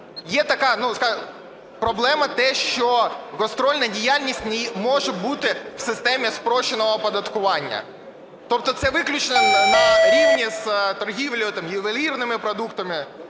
є така проблема – те, що гастрольна діяльність не може бути в системі спрощеного оподаткування. Тобто це виключно на рівні з торгівлею там ювелірними продуктами,